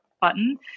Button